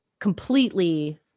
completely